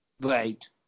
Right